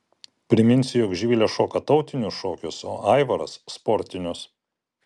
priminsiu jog živilė šoka tautinius šokius o aivaras sportinius